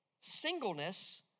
singleness